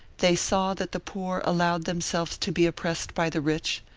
they saw that the poor allowed themselves to be oppressed by the rich,